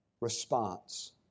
response